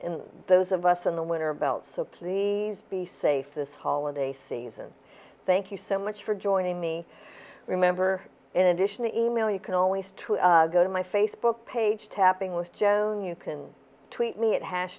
in those of us in the winter belt so please be safe this holiday season thank you so much for joining me remember in addition to e mail you can always to go to my facebook page tapping with joan you can tweet me at has